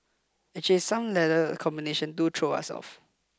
actually some letter combination do throw us off